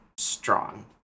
strong